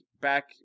back